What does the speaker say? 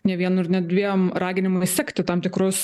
ne vienu ir net dviem raginimais sekti tam tikrus